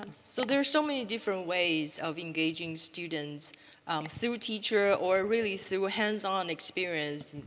um so there are so many different ways of engaging students through teacher or really through hands-on experience,